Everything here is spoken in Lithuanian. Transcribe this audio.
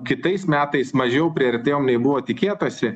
kitais metais mažiau priartėjom nei buvo tikėtasi